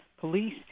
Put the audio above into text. police